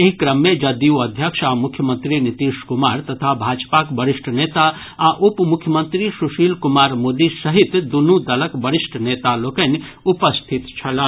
एहि क्रम मे जदयू अध्यक्ष आ मुख्यमंत्री नीतीश कुमार तथा भाजपाक वरिष्ठ नेता आ उप मुख्यमंत्री सुशील कुमार मोदी सहित दुनू दलक वरिष्ठ नेता लोकनि उपस्थित छलाह